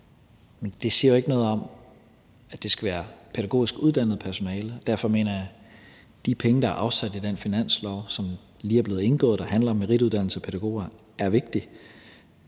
Men det siger jo ikke noget om, at det skal være pædagogisk uddannet personale, og derfor mener jeg, at de penge, der er afsat i den finanslovsaftale, som lige er blevet indgået, og som handler om merituddannelse af pædagoger, er vigtige.